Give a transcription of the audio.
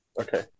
Okay